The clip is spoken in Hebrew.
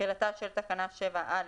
(ג)תחילתה של תקנה 7א